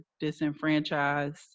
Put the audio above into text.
disenfranchised